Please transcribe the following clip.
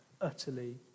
utterly